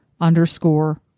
underscore